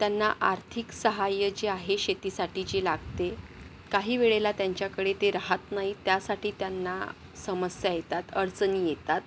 त्यांना आर्थिक सहाय्य जे आहे शेतीसाठी जे लागते काही वेळेला त्यांच्याकडे ते राहत नाही त्यासाठी त्यांना समस्या येतात अडचणी येतात